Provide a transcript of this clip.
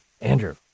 andrew